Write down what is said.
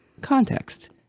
context